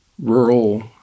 rural